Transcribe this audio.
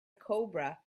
cobra